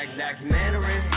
documentary